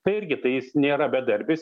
tai irgi tai jis nėra bedarbis